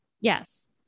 Yes